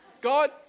God